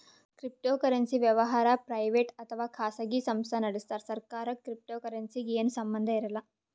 cryptocurrency ವ್ಯವಹಾರ್ private ಅಥವಾ ಖಾಸಗಿ ಸಂಸ್ಥಾ ನಡಸ್ತಾರ್ ಸರ್ಕಾರಕ್ಕ್ ಕ್ರಿಪ್ಟೋಕರೆನ್ಸಿಗ್ ಏನು ಸಂಬಂಧ್ ಇರಲ್ಲ್